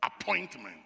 appointment